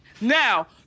Now